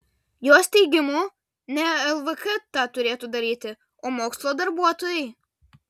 jos teigimu ne lvk tą turėtų daryti o mokslo darbuotojai